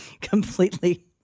completely